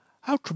How